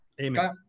Amen